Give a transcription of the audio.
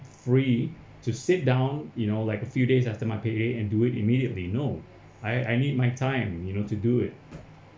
free to sit down you know like a few days after my pay day and do it immediately no I I need my time you know to do it